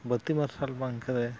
ᱵᱟᱹᱛᱤ ᱢᱟᱨᱥᱟᱞ ᱵᱟᱝᱛᱮ